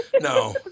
No